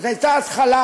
זאת הייתה ההתחלה,